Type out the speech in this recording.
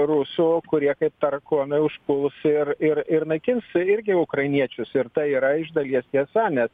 rusų kurie kaip tarakonai užpuls ir ir ir naikins irgi ukrainiečius ir tai yra iš dalies tiesa nes